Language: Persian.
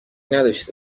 نداشته